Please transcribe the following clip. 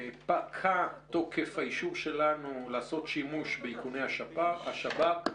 פקע תוקף האישור שלנו לעשות שימוש באיכוני השב"כ.